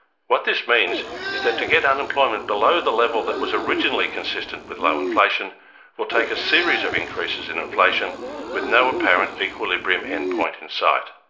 what this means is that to get unemployment below the level that was originally consistent with low inflation will take a series of increases in inflation with no apparent equilibrium end point in sight.